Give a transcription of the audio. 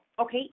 Okay